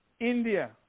India